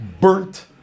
burnt